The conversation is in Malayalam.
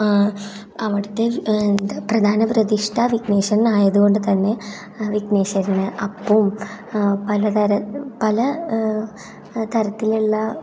അവിടുത്തെ പ്രധാന പ്രതിഷ്ഠ വിഘ്നേശ്വരൻ ആയതുകൊണ്ട് തന്നെ വിഘ്നേശ്വരന് അപ്പവും പലതര പല തരത്തിലുള്ള